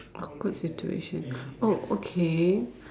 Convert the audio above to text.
awkward situation oh okay